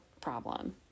problem